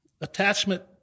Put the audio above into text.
attachment